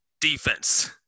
defense